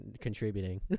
contributing